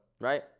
right